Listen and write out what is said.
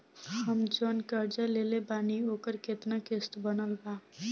हम जऊन कर्जा लेले बानी ओकर केतना किश्त बनल बा?